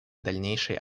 дальнейшей